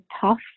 tough